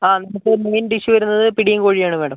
ആ നമുക്ക് main dish വരുന്നത് പിടിയും കോഴിയും ആണ് മാഡം